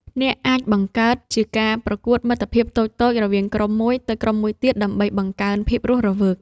អ្នកអាចបង្កើតជាការប្រកួតមិត្តភាពតូចៗរវាងក្រុមមួយទៅក្រុមមួយទៀត ដើម្បីបង្កើនភាពរស់រវើក។